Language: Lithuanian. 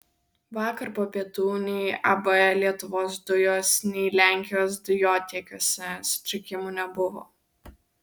vakar po pietų nei ab lietuvos dujos nei lenkijos dujotiekiuose sutrikimų nebuvo